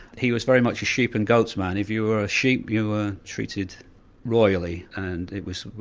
he was very much a sheep and goats man. if you were a sheep, you were treated royally, and it was